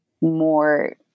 more